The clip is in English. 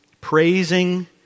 praising